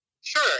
Sure